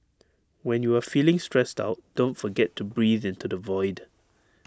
when you are feeling stressed out don't forget to breathe into the void